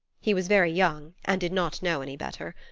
he was very young, and did not know any better.